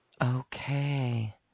Okay